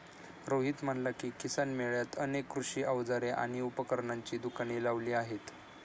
रोहित म्हणाला की, किसान मेळ्यात अनेक कृषी अवजारे आणि उपकरणांची दुकाने लावली आहेत